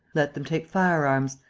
let them take firearms.